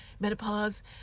menopause